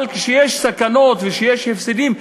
אבל כשיש סכנות וכשיש הפסדים,